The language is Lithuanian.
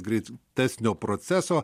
greit teisinio proceso